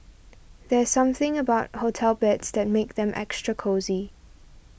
there's something about hotel beds that makes them extra cosy